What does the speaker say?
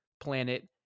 planet